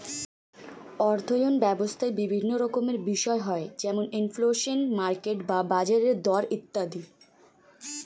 অর্থায়ন ব্যবস্থায় বিভিন্ন রকমের বিষয় হয় যেমন ইনফ্লেশন, মার্কেট বা বাজারের দর ইত্যাদি